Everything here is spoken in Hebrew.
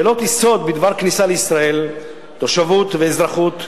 שאלות יסוד בדבר כניסה לישראל, תושבות ואזרחות,